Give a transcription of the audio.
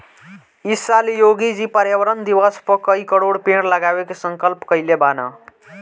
इ साल योगी जी पर्यावरण दिवस पअ कई करोड़ पेड़ लगावे के संकल्प कइले बानअ